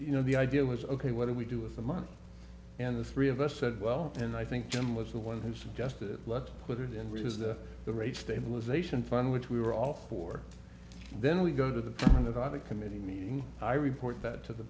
you know the idea was ok what do we do with the money and the three of us said well and i think jim was the one who suggested let's put it in which is that the rate stabilization fund which we were all for and then we go to the end of a committee meeting i report that to the